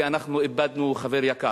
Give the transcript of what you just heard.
כי אנחנו איבדנו חבר יקר.